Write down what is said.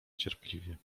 cierpliwie